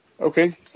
Okay